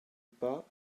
pas